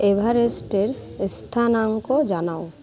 এভারেস্টের স্থানাঙ্ক জানাও